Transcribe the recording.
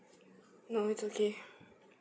no it's okay